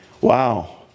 Wow